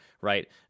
right